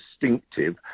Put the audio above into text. distinctive